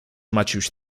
maciuś